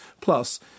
Plus